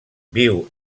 viu